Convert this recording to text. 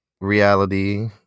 reality